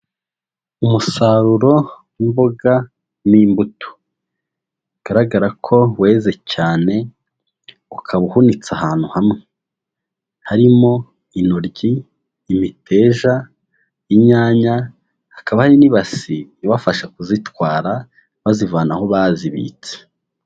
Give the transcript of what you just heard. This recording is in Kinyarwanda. Umusaruro w'imboga n'imbuto bigaragara ko weze cyane ukaba uhunitse ahantu hamwe, harimo intoryi, imiteja, inyanya hakaba hari n'ibasi ibafasha kuzitwara bazivana aho bazibitse.